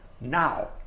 now